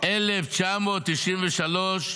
התשנ"ג 1993,